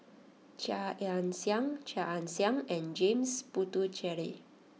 Chia Ann Siang Chia Ann Siang and James Puthucheary